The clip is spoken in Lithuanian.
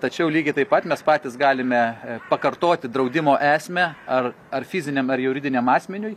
tačiau lygiai taip pat mes patys galime pakartoti draudimo esmę ar ar fiziniam ar juridiniam asmeniui